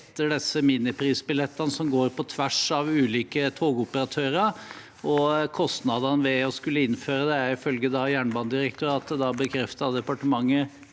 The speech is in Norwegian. etter disse miniprisbillettene som går på tvers av ulike togoperatører. Kostnadene ved å skulle innføre dem er ifølge Jernbanedirektoratet – og bekreftet av departementet